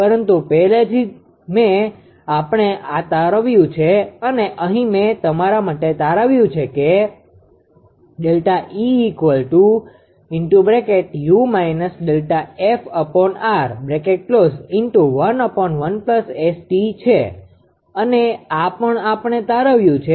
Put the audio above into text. પરંતુ પહેલેથી જ આપણે આ તારવ્યુ છે અને અહી મે તમારા માટે તારવ્યુ છે કે ΔE છે અને આ પણ આપણે તારવ્યુ છે